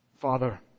Father